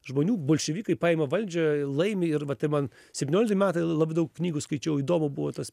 žmonių bolševikai paima valdžią laimi ir vat ir man septyniolikti metai labai daug knygų skaičiau įdomu buvo tas